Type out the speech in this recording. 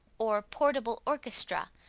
or portable orchestra,